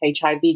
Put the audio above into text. hiv